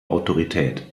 autorität